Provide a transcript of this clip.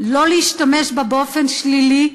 לא להשתמש בה באופן שלילי,